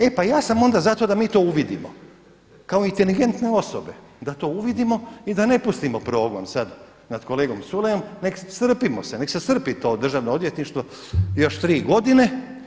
E pa ja sam onda za to da mi to uvidimo kao inteligentne osobe da to uvidimo i da ne pustimo progon sada nad kolegom Culejom, strpimo se, neka se strpi to državno odvjetništvo još 3 godine.